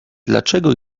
dlaczego